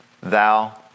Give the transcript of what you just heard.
thou